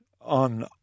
on